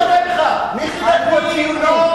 מי חילק פה ציונים?